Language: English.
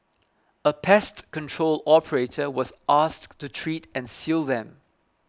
a pest control operator was asked to treat and seal them